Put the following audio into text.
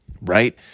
right